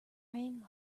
rang